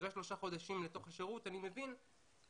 אחרי 3 חודשים לתוך השירות אני מבין כמה